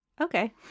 Okay